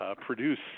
Produce